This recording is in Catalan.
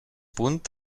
punt